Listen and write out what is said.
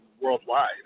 worldwide